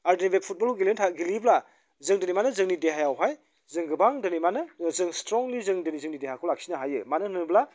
आरो दिनै बे फुटबल गेलेनो थाखाय गेलेयोब्ला जों दिनै मानो जोंनि देहायावहाय जों गोबां दिनै मानो जों स्ट्रंलि जों दिनै जोंनि देहाखौ लाखिनो हायो मानो होनोब्ला